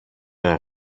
ένα